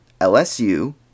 LSU